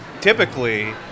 typically